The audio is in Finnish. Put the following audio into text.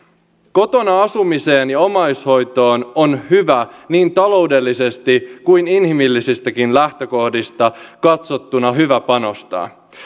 kotona asumiseen ja omaishoitoon on hyvä niin taloudellisesti kuin inhimillisistäkin lähtökohdista katsottuna hyvä panostaa